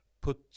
put